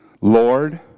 Lord